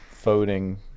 voting